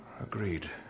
Agreed